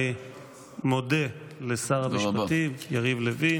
אני מודה לשר המשפטים יריב לוין